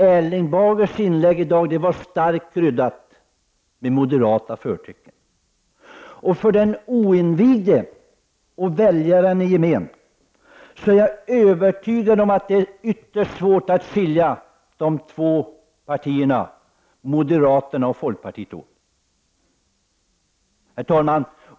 Erling Bagers inlägg i dag var starkt kryddat med moderata förtecken. För den oinvigde och väljaren i gemen är det ytterst svårt att skilja de båda partierna folkpartiet och moderata samlingspartiet åt, det är jag övertygad om. Herr talman!